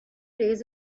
days